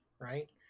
right